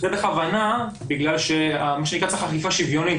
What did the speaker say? זה בכוונה בגלל מה שנקרא צריך אכיפה שוויונית,